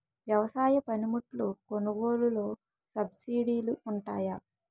వ్యవసాయ పనిముట్లు కొనుగోలు లొ సబ్సిడీ లు వుంటాయా?